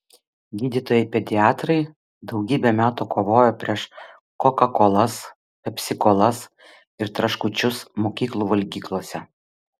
gydytojai pediatrai daugybę metų kovojo prieš kokakolas pepsikolas ir traškučius mokyklų valgyklose